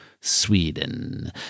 sweden